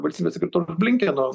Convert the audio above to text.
valstybės sekretoriaus blinkeno